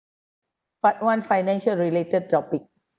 part one financial related topic